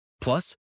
Plus